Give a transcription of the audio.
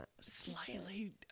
Slightly